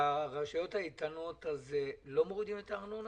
ברשויות האיתנות לא הורידו את הארנונה?